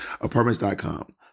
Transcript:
Apartments.com